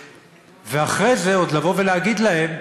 ואחרי זה עוד לבוא ולהגיד להם: